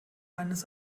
eines